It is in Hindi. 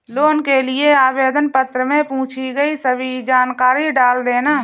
लोन के लिए आवेदन पत्र में पूछी गई सभी जानकारी डाल देना